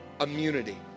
Immunity